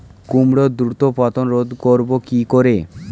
কুমড়োর দ্রুত পতন রোধ করব কি করে?